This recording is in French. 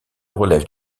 relève